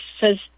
says